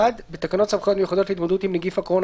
1. תקנות סמכויות מיוחדות להתמודדות עם נגיף הקורונה